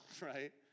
right